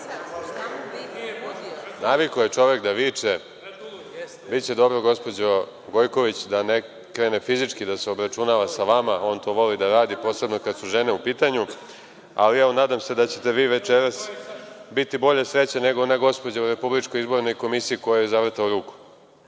Navikao je čovek da viče. Biće dobro, gospođo Gojković, da ne krene fizički da se obračunava sa vama. On to voli da radi, posebno kada su žene u pitanju, ali nadam se da ćete vi večeras biti bolje sreće, nego gospođa u RIK-u kojoj je zavrtao ruku. Ja